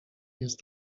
jest